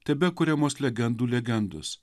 tebekuriamos legendų legendos